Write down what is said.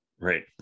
Right